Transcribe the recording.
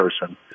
person